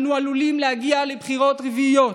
אנו עלולים להגיע לבחירות רביעיות.